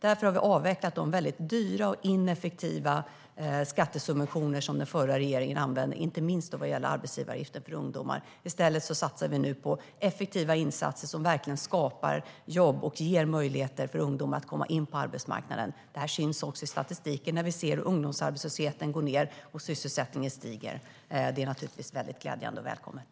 Därför har vi avvecklat de väldigt dyra och ineffektiva skattesubventioner som den förra regeringen använde, inte minst arbetsgivaravgiften för ungdomar. I stället satsar vi nu på effektiva insatser som verkligen skapar jobb och ger möjlighet för ungdomar att komma in på arbetsmarknaden. Det syns också i statistiken där vi ser ungdomsarbetslösheten gå ned och sysselsättningen stiga. Det är naturligtvis väldigt glädjande och välkommet.